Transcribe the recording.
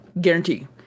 guarantee